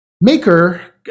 Maker